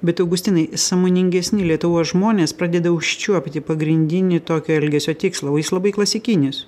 bet augustinai sąmoningesni lietuvos žmonės pradeda užčiuopti pagrindinį tokio elgesio tikslą o jis labai klasikinis